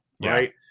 Right